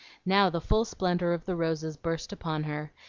now the full splendor of the roses burst upon her,